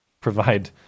provide